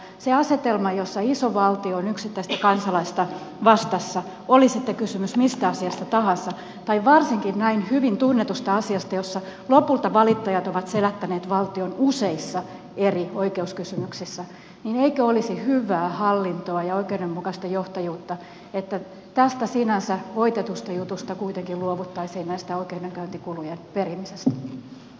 tällaisessa asetelmassa jossa iso valtio on yksittäistä kansalaista vastassa oli sitten kysymys mistä asiasta tahansa tai varsinkin näin hyvin tunnetusta asiasta jossa lopulta valittajat ovat selättäneet valtion useissa eri oikeuskysymyksissä eikö olisi hyvää hallintoa ja oikeudenmukaista johtajuutta että tässä sinänsä voitetussa jutussa kuitenkin luovuttaisiin näiden oikeudenkäyntikulujen perimisestä